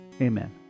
Amen